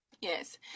yes